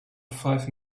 five